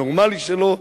הנורמלי שלו,